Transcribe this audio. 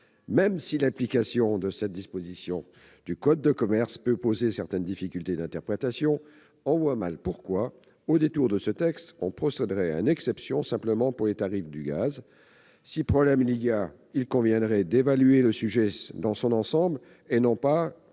Même si l'application de cette disposition du code de commerce peut poser certaines difficultés d'interprétation, on voit mal pourquoi, au détour de ce texte, on procéderait à une exception uniquement pour les tarifs du gaz. Si problème il y a, il conviendrait d'évaluer le sujet dans son ensemble, et non par